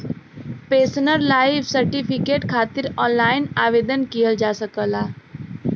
pensioner life certificate खातिर online आवेदन किहल जा सकला